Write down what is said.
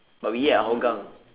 but we eat at hougang